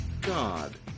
God